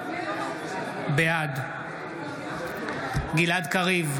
בעד גלעד קריב,